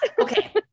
Okay